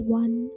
one